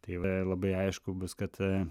tai v ir labai aišku bus kad